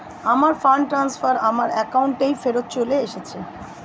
আমার fund transfer আমার অ্যাকাউন্টেই ফেরত চলে এসেছে